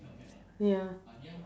ya